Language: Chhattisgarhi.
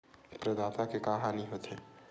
प्रदाता के का हानि हो थे?